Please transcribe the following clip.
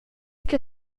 che